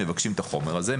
מבקשים את החומר הזה,